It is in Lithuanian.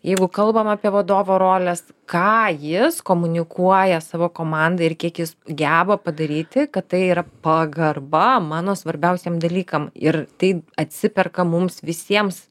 jeigu kalbam apie vadovo roles ką jis komunikuoja savo komandą ir kiek jis geba padaryti kad tai yra pagarba mano svarbiausiem dalykam ir tai atsiperka mums visiems